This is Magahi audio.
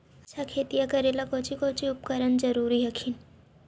अच्छा खेतिया करे ला कौची कौची उपकरण जरूरी हखिन?